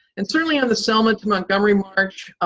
and certainly at the selma to montgomery march,